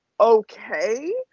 okay